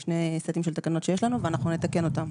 שני סטים של תקנות שיש לנו ואנחנו נתקן אותן,